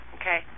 Okay